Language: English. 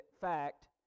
fact